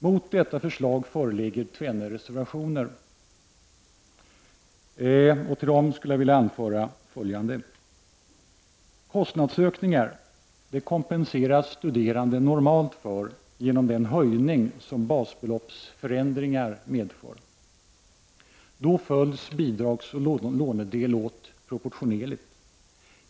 Mot detta förslag föreligger tvenne reservationer, och till dessa vill jag anföra följande. Kostnadsökningar kompenseras studerande normalt för, genom den höjning som basbeloppsförändringar medför. Då följs bidragsoch lånedel åt proportionellt.